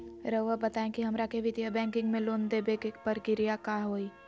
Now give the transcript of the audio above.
रहुआ बताएं कि हमरा के वित्तीय बैंकिंग में लोन दे बे के प्रक्रिया का होई?